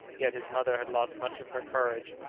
yet his mother had lost much of her courage,